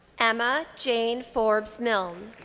emma jane forbes milne.